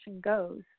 goes